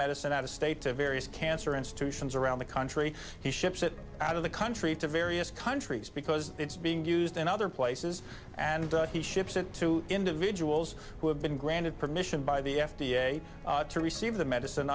medicine out of state to various cancer institutions around the country he ships it out of the country to various countries because it's being used in other places and he ships it to individuals who have been granted permission by the f d a to receive the medicine